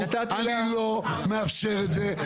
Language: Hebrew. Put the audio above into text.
אני נתתי לה --- אני לא מאפשר את זה,